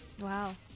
Wow